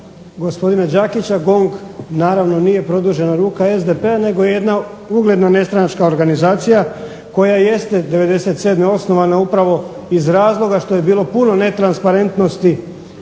gospodina Đakića, GONG naravno nije produžena ruka SDP-a nego jedna ugledna nestranačka organizacija, koja jeste '97. osnovana upravo iz razloga što je bilo puno netransparentnosti,